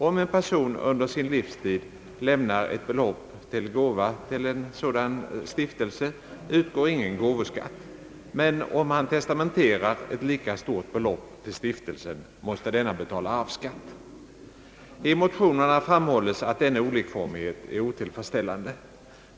Om en person under sin livstid lämnar ett belopp som gåva till sådan stiftelse utgår ingen gåvoskatt. Men om han testamenterar ett lika stort belopp till stiftelsen, måste denna betala arvsskatt. I motionerna framhålles att denna olikformighet är = otillfredsställande.